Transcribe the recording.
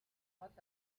хол